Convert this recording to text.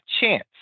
chance